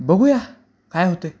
बघू या काय होतं आहे